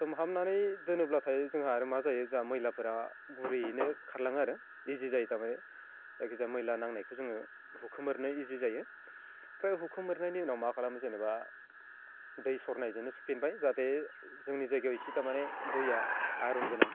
सोमहाबनानै दोनोब्लाथाय जोंहा आरो मा जायो जा मैलाफोरा गुरैयैनो खारलाङो आरो इजि जायो थारमाने जायखिजाया मैला नांनायखौ जोङो हुखुमोरनो इजि जायो ओमफ्राय हुखुमोरनायनि उनाव मा खालामो जेनेबा दै सरनायजोंनो सुफिनबाय जाहाथे जोंनि जायगायाव एसे थारमाने दैया आय'नगोनां